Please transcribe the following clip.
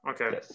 Okay